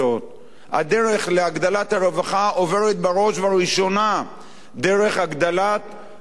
הדרך להגדלת הרווחה עוברת בראש ובראשונה דרך הגדלת הייצור,